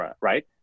right